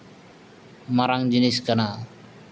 ᱢᱟᱨᱟᱝ ᱡᱤᱱᱤᱥ ᱠᱟᱱᱟ